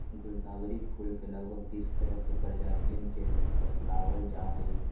गुलदावरी फूल के लगभग तीस तरह के प्रजातियन के बतलावल जाहई